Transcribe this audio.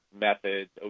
methods